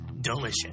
delicious